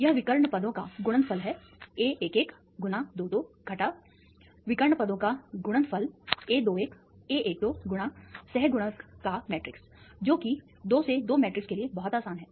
यह विकर्ण पदों का गुणनफल है a11 गुना 22 घटा विकर्ण पदों का गुणनफल a21 a12 गुणा सह गुणक का मैट्रिक्स जो कि 2 से 2 मैट्रिक्स के लिए बहुत आसान है